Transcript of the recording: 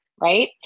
right